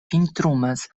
vintrumas